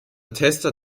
tester